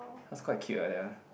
cause quite cute eh that one